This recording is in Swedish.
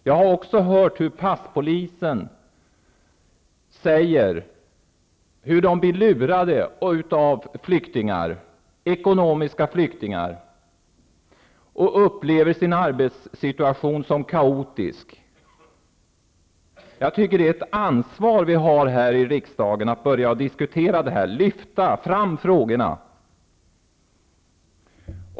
Jag har också hört passpolisen säga att de blir lurade av flyktingar, ekonomiska flyktingar, och att de upplever sin arbetssituation som kaotisk. Det är ett ansvar vi har här i riksdagen, att diskutera detta och lyfta fram frågorna.